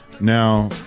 now